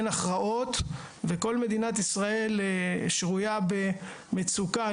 אין הכרעות וכל מדינת ישראל שרויה במצוקה של חוסר ידע מקצועי,